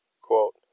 Quote